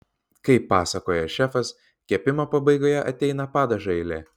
kaip pasakoja šefas kepimo pabaigoje ateina padažo eilė